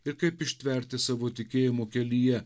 ir kaip ištverti savo tikėjimo kelyje